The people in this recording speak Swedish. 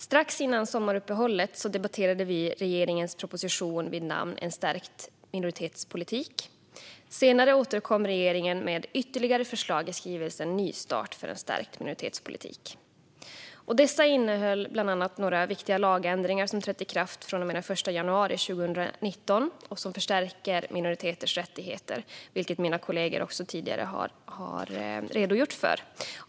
Strax före sommaruppehållet debatterade vi regeringens proposition vid namn En stärkt minoritetspolitik . Senare återkom regeringen med ytterligare förslag i skrivelsen Nystart för en stärkt minoritetspolitik . Dessa innehöll bland annat några viktiga lagändringar som trädde i kraft den 1 januari 2019 och som förstärker minoriteters rättigheter, vilket mina kollegor också tidigare har redogjort för.